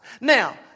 Now